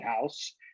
house